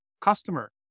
customer